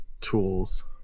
tools